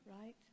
right